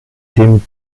dem